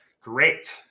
Great